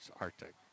Arctic